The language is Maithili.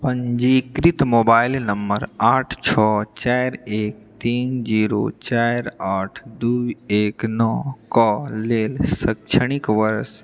पञ्जीकृत मोबाइल नम्बर आठ छओ चारि एक तीन जीरो चारि आठ दू एक नओ कऽ लेल शैक्षणिक वर्ष